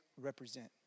represent